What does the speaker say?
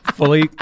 Fully